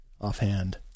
offhand